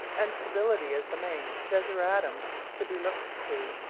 and stability is the main desideratum to be looked to.